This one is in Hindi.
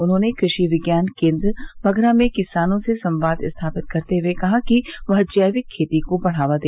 उन्होंने कृषि विज्ञान केन्द्र बघरा में किसानों से संवाद स्थापित करते हुए कहा कि वह जैविक खेती को बढ़ावा दे